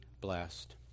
blessed